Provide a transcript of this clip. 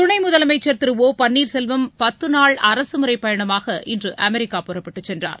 துணை முதலமைச்சர் திரு ஒ பள்ளீர் செல்வம் பத்து நாள் அரசுமுறை பயணமாக இன்று அமெரிக்கா புறப்பட்டு சென்றார்